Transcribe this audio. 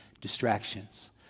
distractions